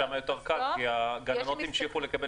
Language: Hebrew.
שם היה יותר קל כי הגננות המשיכו לקבל